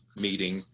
meeting